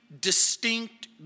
distinct